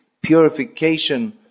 purification